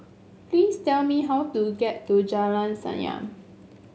please tell me how to get to Jalan Senyum